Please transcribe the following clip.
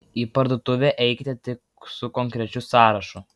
į parduotuvę eikite tik su konkrečiu sąrašu